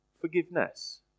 forgiveness